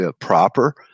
proper